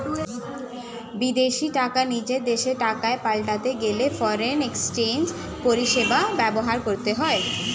বিদেশী টাকা নিজের দেশের টাকায় পাল্টাতে গেলে ফরেন এক্সচেঞ্জ পরিষেবা ব্যবহার করতে হয়